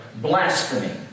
Blasphemy